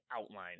outline